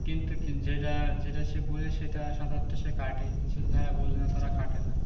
কিন্তু কী যেটা যেটা সে বোঝে সেটা সাঁতারটা সে কাটে যারা বোঝে না তারা কাটে না